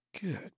Good